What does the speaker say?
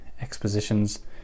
expositions